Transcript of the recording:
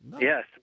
Yes